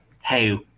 Hey